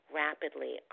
rapidly